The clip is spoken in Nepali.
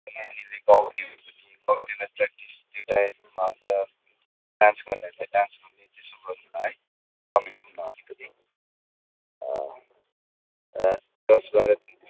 नानीले गाउने हो कि गाउनेलाई प्र्याक्टिस त्यो टाइम अनि त डान्स गर्नेहरूलाई डान्स गर्ने त्यसो गरौँ न है समय दिऊँ न है अलिकति है दस बाह्र दिन